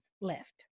left